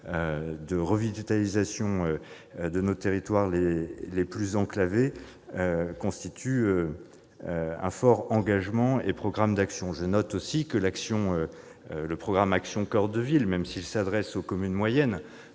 de revitalisation de nos territoires les plus enclavés, constitue un fort engagement et un programme d'action. Troisièmement, le programme « Action coeur de ville », même s'il s'adresse aux communes moyennes-